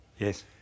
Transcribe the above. Yes